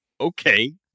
okay